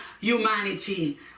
humanity